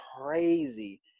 crazy